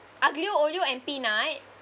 aglio olio and peanut